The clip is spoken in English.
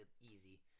easy